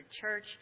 church